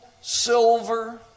silver